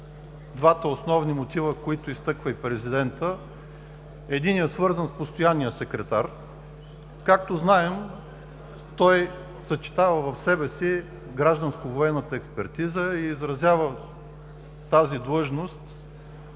двата основни мотива, които изтъква и президентът. Единият е свързан с постоянния секретар. Както знаем, той съчетава в себе си гражданско-военната експертиза и изразява тази длъжност,